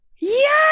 yes